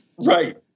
Right